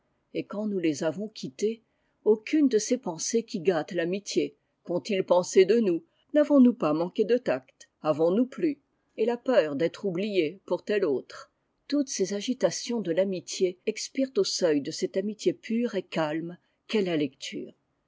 et quand nous les avons quittés aucune de ces pensées qui gâtent l'amitié qu'ont-ils pensé de nous n'avons-nous pas manqué de tact avons-nous plu et la peur d'être oublié pour têt autre toutes ces agitations de l'amitié expirent au seuil de cette amitié pure et calme qu'est la lecture